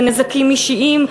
בנזקים אישיים,